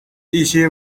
一些